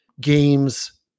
games